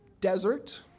desert